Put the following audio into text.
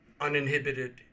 uninhibited